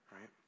right